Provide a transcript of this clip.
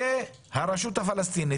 לכם את כל הנגישות לרשתות חברתיות,